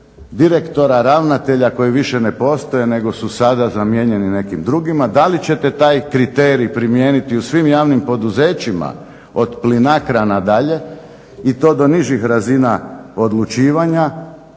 direktora, ravnatelja koji više ne postoje nego su sada zamijenjeni nekim dugima. Da li ćete taj kriterij primijeniti u svim javnim poduzećima od Plinacra nadalje, i to do nižih razina odlučivanja,